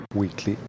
weekly